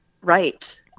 right